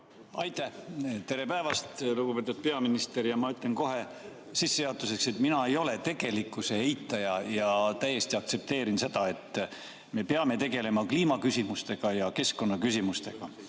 Palun! Tere päevast, lugupeetud peaminister! Ma ütlen kohe sissejuhatuseks, et mina ei ole tegelikkuse eitaja ja ma täiesti aktsepteerin seda, et me peame tegelema kliimaküsimuste ja keskkonnaküsimustega.